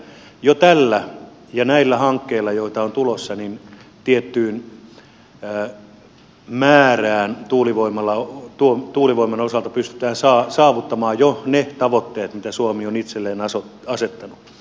jo tällä ja näillä hankkeilla joita on tulossa tiettyyn määrään tuulivoiman osalta pystytään saavuttamaan ne tavoitteet mitä suomi on itselleen asettanut